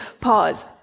pause